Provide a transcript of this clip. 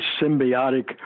symbiotic